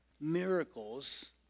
miracles